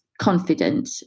confident